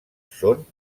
són